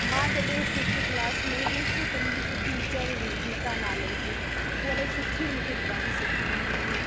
मां जॾहिं fifth class में हुअसि त मुंहिंजी हिकु टीचर हुई गीता नाले जी उहा इलाही सुठी मूंखे ड्रॉइंग सेखारींदी हुई